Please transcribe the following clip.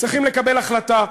צריכים לקבל החלטה.